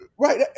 Right